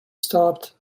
stopped